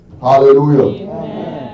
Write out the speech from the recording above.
Hallelujah